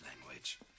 language